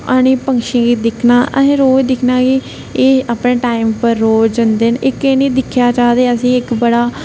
आनी पक्षी गी दिक्खना असें रोज दिक्खना कि एह् अफने टाइम उपर रोज जंदे ना एह् कें नेईं दिक्खेआ जा ते असेंगी इक बड़ा